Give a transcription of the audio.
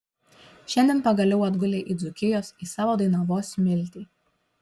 šiandien pagaliau atgulei į dzūkijos į savo dainavos smiltį